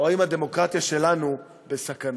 או אם הדמוקרטיה שלנו בסכנה.